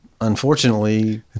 Unfortunately